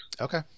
Okay